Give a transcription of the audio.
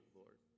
lord